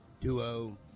duo